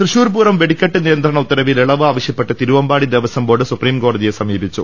തൃശ്ശൂർപൂരം വെടിക്കെട്ട് നിയന്ത്രണ ഉത്തരവിൽ ഇളവ് ആവശ്യപ്പെട്ട് തിരുവമ്പാടി ദേവസംബോർഡ് സുപ്രീംകോടതിയെ സമീപിച്ചു